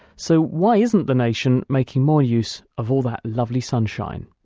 so why isn't the nation making more use of all that lovely sunshine?